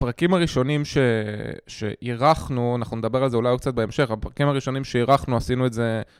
הפרקים הראשונים שאירחנו, אנחנו נדבר על זה אולי קצת בהמשך, הפרקים הראשונים שאירחנו, עשינו את זה...